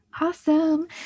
Awesome